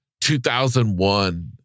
2001